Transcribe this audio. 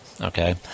okay